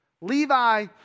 Levi